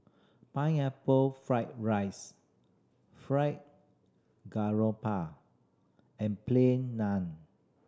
Pineapple Fried rice Fried Garoupa and Plain Naan